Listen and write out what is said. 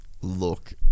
look